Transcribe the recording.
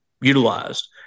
utilized